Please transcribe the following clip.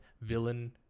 villain